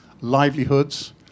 livelihoods